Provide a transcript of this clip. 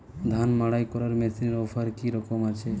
ধান মাড়াই করার মেশিনের অফার কী রকম আছে?